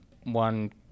one